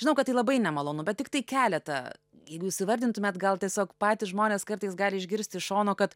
žinau kad tai labai nemalonu bet tiktai keletą jeigu jūs įvardintumėt gal tiesiog patys žmonės kartais gali išgirsti šono kad